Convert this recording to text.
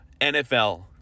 NFL